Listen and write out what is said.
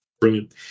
Brilliant